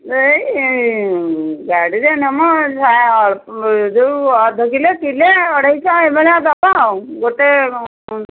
ଏଇ ଗାଡ଼ିରେ ନେବି ଯୋଉ ଅଧ କିଲୋ କିଲୋ ଅଢ଼େଇଶହ ଏଭଳିଆ ଦେବ ଆଉ ଗୋଟେ